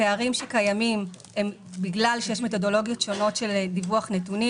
הפערים שקיימים הם בגלל שיש מתודולוגיות שונות של דיווח נתונים.